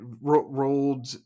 Rolled